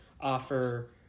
offer